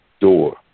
door